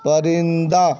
پرندہ